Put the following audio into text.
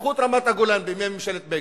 כשסיפחו את רמת-הגולן, בימי ממשלת בגין,